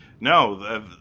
no